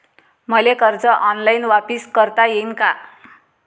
मले कर्ज ऑनलाईन वापिस करता येईन का?